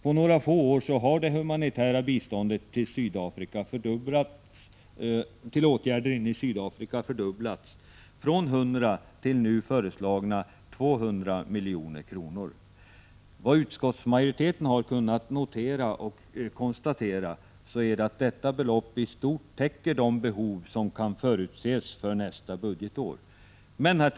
På några få år har det humanitära biståndet till åtgärder i Sydafrika fördubblats från 100 till nu föreslagna 200 milj.kr. Utskottsmajoriteten har kunnat konstatera att detta belopp i stort täcker de behov som kan förutses för nästa budgetår.